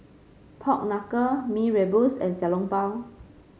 Pork Knuckle Mee Rebus and Xiao Long Bao